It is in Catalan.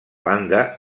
banda